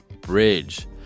bridge